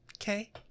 Okay